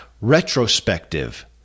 retrospective